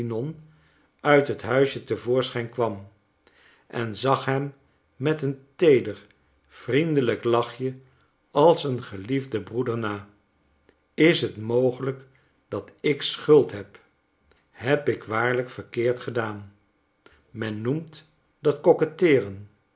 uit het huisje te voorschijn kwam en zag hem met een teeder vriendelijk lachje als een geliefden broeder na is het mogelijk dat ik schuld heb heb ik waarlijk verkeerd gedaan men noemt dat